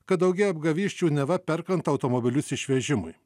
kad daugėja apgavysčių neva perkant automobilius išvežimui